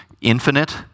infinite